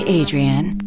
adrian